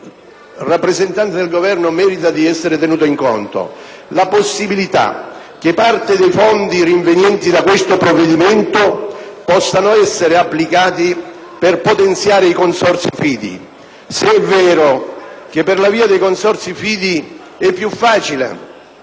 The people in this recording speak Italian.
rappresentanti del Governo, merita di essere tenuta in conto: la possibilità che parte dei fondi rivenienti da questo provvedimento possa essere applicata per potenziare i consorzi fidi. Se è vero che per la via dei consorzi fidi è più facile